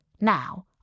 Now